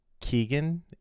Keegan